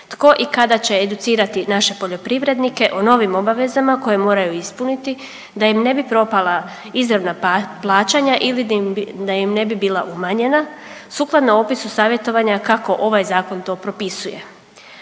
Tko i kada će educirati naše poljoprivrednike o novim obavezama koje moraju ispuniti da im ne bi propala izravna plaćanja ili da im ne bi bila umanjena sukladno opisu savjetovanja kako ovaj zakon to propisuje?